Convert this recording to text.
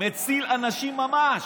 שמציל אנשים ממש.